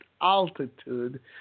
altitude